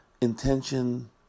Intention